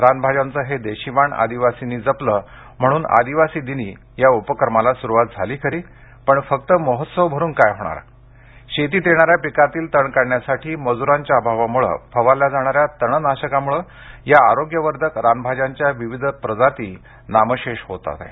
रानभाज्यांचं हे देशी वाण आदिवासींनी जपलं म्हणून आदिवासी दिनी या उपक्रमाला सुरूवात झाली खरी पण फक्त महोत्सव भरून काय होणार शेतीत येणाऱ्या पिकातील तण काढण्यासाठी मजुरांच्या अभावामुळे फवारल्या जाणाऱ्या तणनाशकामुळे या आरोग्यवर्धक रानभाज्याच्या विविध जाती नामशेष होत आहेत